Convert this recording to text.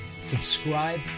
subscribe